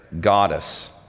goddess